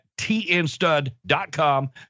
Tnstud.com